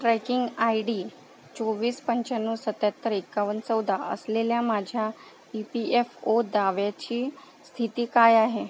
tracking I D चोवीस पंच्याण्णव सत्याहत्तर एकावन्न चौदा असलेल्या माझ्या ई पी एफ ओ दाव्याची स्थिती काय आहे